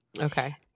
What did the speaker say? Okay